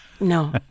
No